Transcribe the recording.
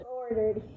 ordered